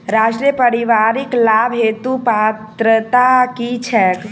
राष्ट्रीय परिवारिक लाभ हेतु पात्रता की छैक